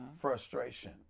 frustration